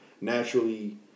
Naturally